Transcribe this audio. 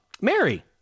mary